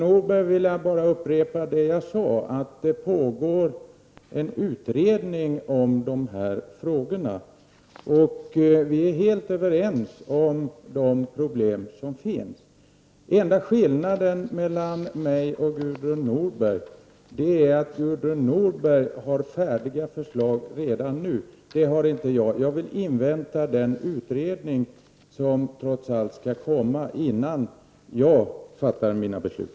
Herr talman! Det pågår en utredning om dessa frågor, Gudrun Norberg. Vi är helt överens om de problem som finns. Den enda skillnaden mellan mig och Gudrun Norberg är att Gudrun Norberg har färdiga förslag redan nu. Det har inte jag. Jag vill invänta den utredning som trots allt skall komma, innan jag fattar mina beslut.